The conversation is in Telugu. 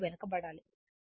కాబట్టి ఇది 18